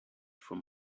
from